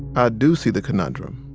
ah do see the conundrum.